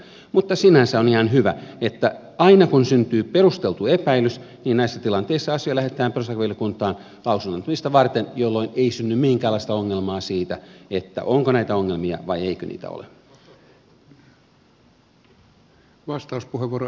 mutta sinänsä on ihan hyvä että aina kun syntyy perusteltu epäilys niin näissä tilanteissa asia lähetetään perustuslakivaliokuntaan lausunnon antamista varten jolloin ei synny minkäänlaista ongelmaa siitä että onko näitä ongelmia vai eikö niitä ole